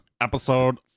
episode